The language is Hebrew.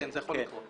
כן, זה יכול לקרות.